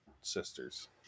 sisters